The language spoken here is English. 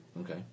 Okay